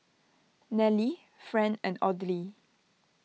Nallely Fran and Audley